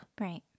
Right